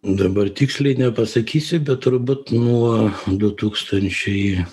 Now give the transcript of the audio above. dabar tiksliai nepasakysiu bet turbūt nuo du tūkstančiai